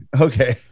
okay